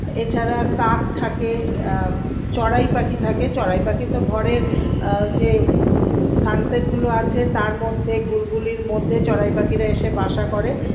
এছাড়া কাক থাকে চড়াই পাখি থাকে চড়াই পাখি তো ঘরের যে সান সেট গুলো আছে তার মধ্যে ঘুলঘুলির মধ্যে চড়াই পাখিরা এসে বাসা করে